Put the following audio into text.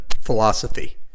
philosophy